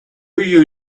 you